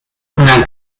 una